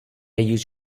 use